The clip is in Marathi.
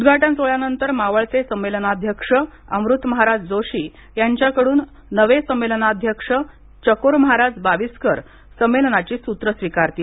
उदघाटन सोहळ्यानंतर मावळते संमेलनाध्यक्ष अमृतमहाराज जोशी यांच्याकडून नवे संमेलनाध्यक्ष चकोरमहाराज बावीसकर हे संमेलनाची सूत्र स्विकारतील